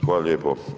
Hvala lijepo.